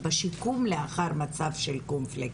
לאחר מצב של קונפליקט.